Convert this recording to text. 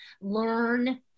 Learn